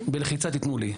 בלחיצה תתנו לי.